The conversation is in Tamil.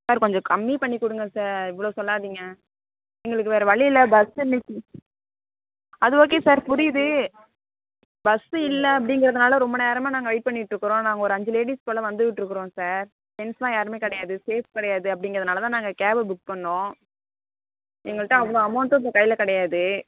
சார் கொஞ்சம் கம்மி பண்ணி கொடுங்க சார் இவ்வளோ சொல்லாதிங்க எங்களுக்கு வேற வழி இல்லை பஸ்ஸு நிக் அது ஓகே சார் புரியுது பஸ்ஸு இல்லை அப்படிங்கிறதுனால ரொம்ப நேரமாக நாங்கள் வெயிட் பண்ணிகிட்டுக்குறோம் நாங்கள் ஒரு அஞ்சு லேடீஸ் போல் வந்துகிட்டிருக்குறோம் சார் ஜென்ஸ்லாம் யாருமே கிடையாது சேஃப் கிடையாது அப்படிங்கிறதுனால தான் நாங்கள் கேபு புக் பண்ணோம் எங்ககிட்ட அவ்வளோ அமௌன்ட்டும் இப்போ கையில கிடையாது